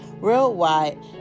worldwide